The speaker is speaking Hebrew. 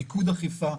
מיקוד אכיפה.